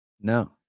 No